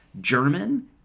German